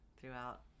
throughout